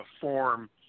form